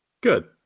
Good